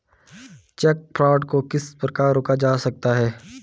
Check fraud को किस प्रकार रोका जा सकता है?